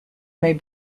may